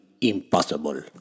impossible